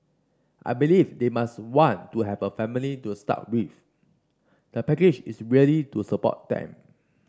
I believe they must want to have a family to start with the package is really to support them